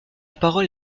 parole